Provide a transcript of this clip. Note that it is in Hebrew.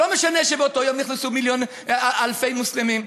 לא משנה שבאותו יום נכנסו אלפי מוסלמים,